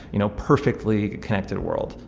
you know, perfectly connected world.